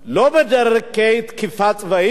לא בדרכי תקיפה צבאית,